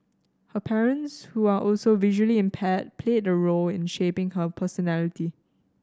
her parents who are also visually impaired played a role in shaping her personality